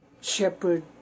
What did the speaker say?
shepherd